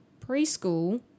preschool